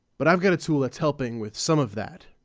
but i've got a tool that's helping with some of that.